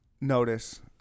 notice